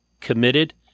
committed